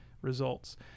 Results